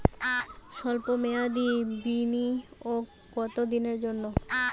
সল্প মেয়াদি বিনিয়োগ কত দিনের জন্য?